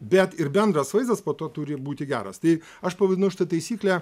bet ir bendras vaizdas po to turi būti geras tai aš pavadinu šitą taisyklę